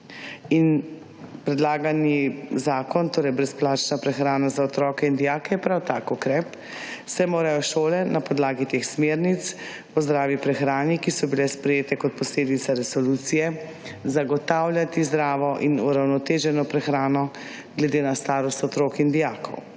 In predlagani zakon, torej brezplačna prehrana za otroke in dijake, je prav tak ukrep, saj morajo šole na podlagi teh smernic o zdravi prehrani, ki so bile sprejete kot posledica resolucije, zagotavljati zdravo in uravnoteženo prehrano glede na starost otrok in dijakov.